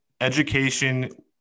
education